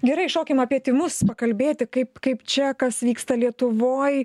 gerai šokim apie tymus pakalbėti kaip kaip čia kas vyksta lietuvoj